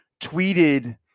tweeted